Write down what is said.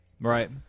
Right